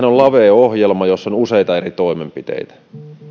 on lavea ohjelma jossa on useita eri toimenpiteitä